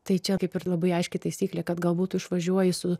tai čia kaip ir labai aiški taisyklė kad galbūt išvažiuoji su